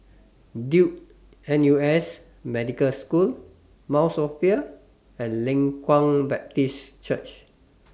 Duke N U S Medical School Mount Sophia and Leng Kwang Baptist Church